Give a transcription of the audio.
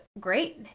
great